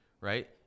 right